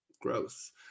gross